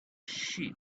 she